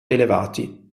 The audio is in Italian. elevati